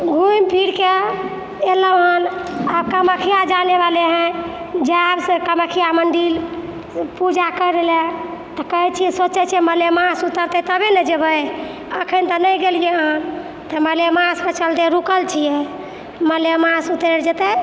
घुमि फिर के अयलहुॅं हन आ कामख्या जाने वाले है जाएब से कामख्या मन्दिल पूजा करै लए तऽ कहै छी सोचै छी मलेमास उतरतै तबे ने जेबै अखन तऽ नहि गेलियै हन तऽ मलेमास के चलते रुकल छियै मलेमास उतरि जेतै